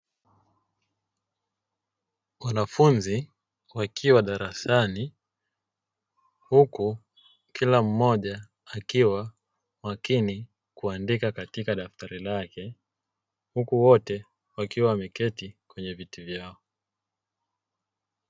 Wanafunzi wakiwa darasani huku kila mmoja akiwa makini kuandika katika daftari lake, huku wote wakiwa wameketi kwenye viti vyao.